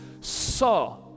saw